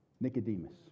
Nicodemus